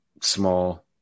small